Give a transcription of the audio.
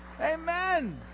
Amen